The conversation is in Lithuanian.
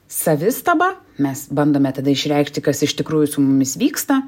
savistabą mes bandome tada išreikšti kas iš tikrųjų su mumis vyksta